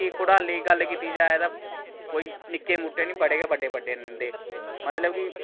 कि घोटाले दी गल्ल कीती जाए ते कोई निक्के मुट्टे निं बड़े गै बड्डे बड्डे न इं'दे मतलब कि